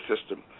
system